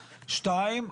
שנית,